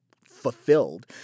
fulfilled